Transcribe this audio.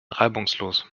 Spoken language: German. reibungslos